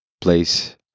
place